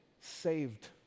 saved